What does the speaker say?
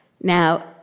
Now